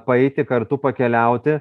paeiti kartu pakeliauti